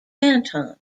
cantons